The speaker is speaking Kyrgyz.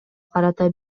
карата